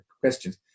questions